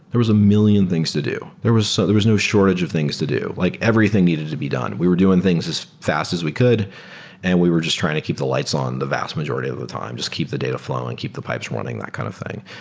there was a million things to do. there was so there was no shortage of things to do. like everything needed to be done. we were doing things as fast as we could and we were just trying to keep the lights on the vast majority of the the time. just keep the data flowing. keep the pipes running, that kind of thing.